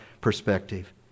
perspective